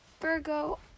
Virgo